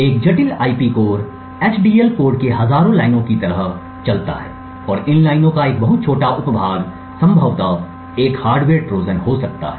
एक जटिल IP core HDL code के हजारों लाइनों की तरह चलता है और इन लाइनों का एक बहुत छोटा उप भाग संभवतः एक हार्डवेयर ट्रोजन हो सकता है